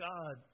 God